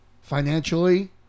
Financially